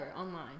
online